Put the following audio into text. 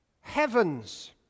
heavens